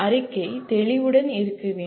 அறிக்கை தெளிவுடன் இருக்க வேண்டும்